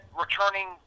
returning